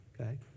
okay